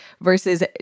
versus